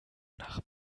nach